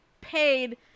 paid